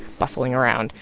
bustling around.